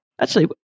Actually-